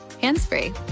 hands-free